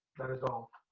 that is all.